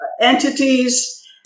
entities